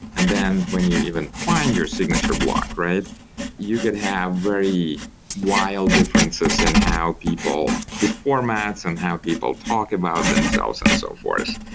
and then when you even find your signature block, you could have very wild differences in how people the formats, and how people talk about themselves and so forth.